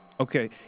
Okay